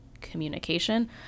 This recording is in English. communication